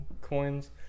coins